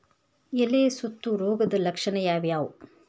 ಎಲೆ ಸುತ್ತು ರೋಗದ ಲಕ್ಷಣ ಯಾವ್ಯಾವ್?